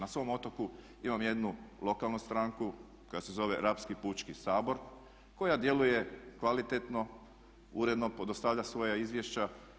Na svom otoku imam 1 lokalnu stranku koja se zove Rapski pučki sabor koja djeluje kvalitetno, uredno dostavlja svoja izvješća.